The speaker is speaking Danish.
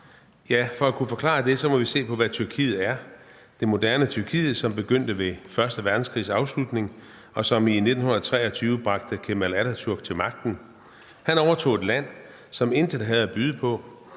gør? For at kunne forklare det, må vi se på, hvad det moderne Tyrkiet er, som begyndte ved første verdenskrigs afslutning, og som i 1923 bragte Kemal Atatürk til magten. Han overtog et land, som intet havde at byde på,